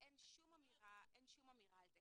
אין שום אמירה על זה.